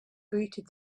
greeted